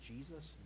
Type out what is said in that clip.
Jesus